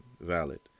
valid